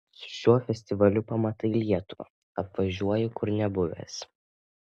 su šiuo festivaliu pamatai lietuvą apvažiuoji kur nebuvęs